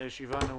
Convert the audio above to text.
הישיבה נעולה.